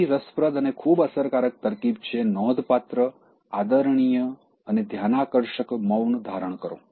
બીજી રસપ્રદ અને ખૂબ અસરકારક તરકીબ છે નોંધપાત્ર આદરણીય અને ધ્યાનાકર્ષક મૌન ધારણ કરો